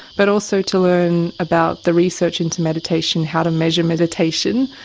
but also to learn about the research into meditation, how to measure meditation,